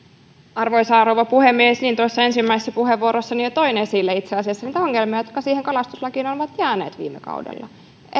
arvoisa rouva puhemies niin tuossa ensimmäisessä puheenvuorossani jo toin esille itse asiassa niitä ongelmia jotka siihen kalastuslakiin ovat jääneet viime kaudella